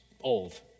old